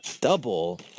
double